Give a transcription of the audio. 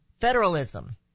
Federalism